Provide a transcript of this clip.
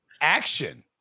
action